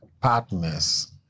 partners